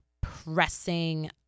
pressing